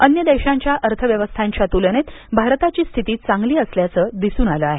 अन्य देशांच्या अर्थव्यवस्थांच्या तुलनेत भारताची स्थिती चांगली असल्याचं दिसून आलं आहे